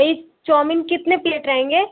ये चौमिन कितने प्लेट रहेंगे